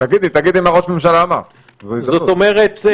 תגידי מה ראש הממשלה אמר, זאת הזדמנות.